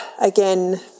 again